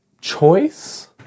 choice